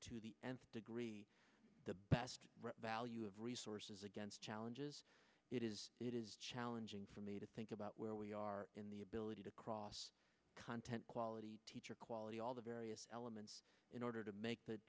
to the nth degree the best value of resources against challenges it is it is challenging for me to think about where we are in the ability to cross content quality teacher quality all the various elements in order to make th